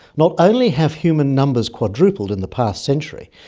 not only have human numbers quadrupled in the past century,